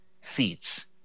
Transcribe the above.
seats